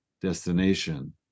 destination